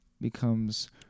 becomes